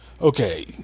Okay